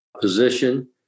position